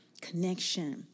connection